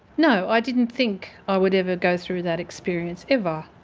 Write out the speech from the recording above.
no i didn't think i would ever go through that experience ever.